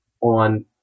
on